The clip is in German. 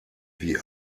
wie